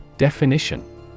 Definition